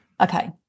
Okay